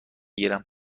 گیرم